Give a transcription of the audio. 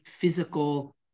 physical